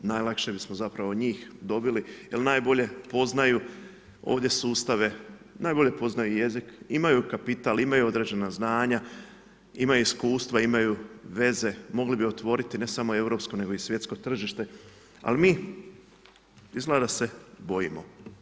Najlakše bismo zapravo njih dobili jer najbolje poznaju ovdje sustave, najbolje poznaju jezik, imaju kapital, imaju određena znanja, imaju iskustva, imaju veze, mogli bi otvoriti, ne samo europsko, nego i svjetsko tržište, ali mi izgleda da se bojimo.